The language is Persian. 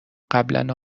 قبلنا